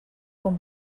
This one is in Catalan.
com